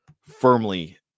firmly